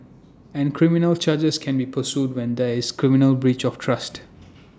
and criminal charges can be pursued when there is criminal breach of trust